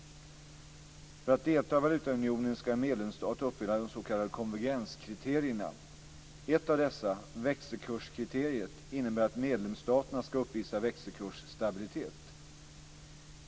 För att delta i valutaunionen ska en medlemsstat uppfylla de s.k. konvergenskriterierna. Ett av dessa, växelkurskriteriet, innebär att medlemsstaterna ska uppvisa växelkursstabilitet.